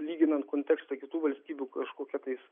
lyginant kontekstą kitų valstybių kažkokia tais